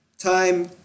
Time